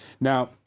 Now